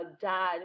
dad